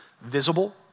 visible